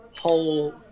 whole